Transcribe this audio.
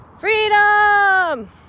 Freedom